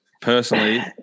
personally